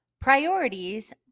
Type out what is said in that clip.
priorities